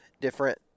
different